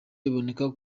riboneka